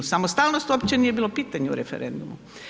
Samostalnost uopće nije bilo pitanje u referendumu.